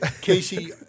Casey